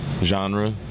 genre